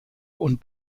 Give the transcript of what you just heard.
und